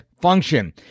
function